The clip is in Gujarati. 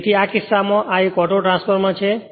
તેથી આ કિસ્સામાં તેથી આ એક ઓટોટ્રાન્સફોર્મરછે